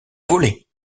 volée